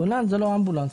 כוננים זה לא אמבולנס.